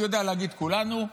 אני יודע להגיד כולנו,